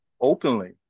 openly